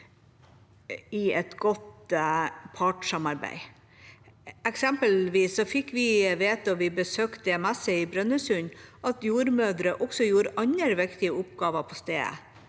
i et godt partssamarbeid. Eksempelvis fikk vi vite da vi besøkte DMS i Brønnøysund, at jordmødre også gjorde andre viktige oppgaver på stedet.